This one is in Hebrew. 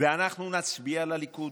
ואנחנו נצביע לליכוד,